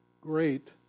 great